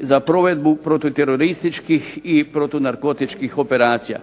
za provedbu protuterorističkih i protunarkotičkih operacija.